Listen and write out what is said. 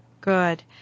Good